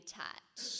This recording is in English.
touch